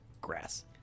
grass